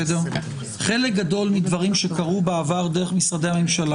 חלק גדול מדברים שקרו בעבר דרך משרדי הממשלה